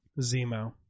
Zemo